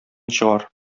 чыгар